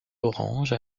orange